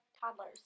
toddlers